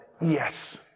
yes